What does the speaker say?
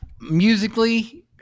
Musically